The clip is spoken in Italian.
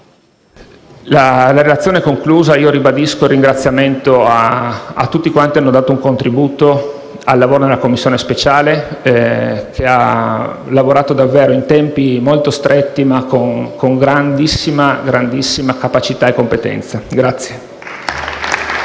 a quelle imprese. Ribadisco il ringraziamento a tutti coloro che hanno dato un contributo al lavoro della Commissione speciale, che ha lavorato davvero in tempi molto stretti ma con grandissima capacità e competenza.